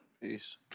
Peace